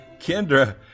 Kendra